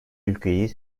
ülkeyi